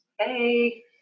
hey